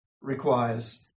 requires